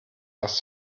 das